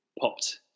popped